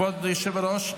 כבוד היושב-ראש,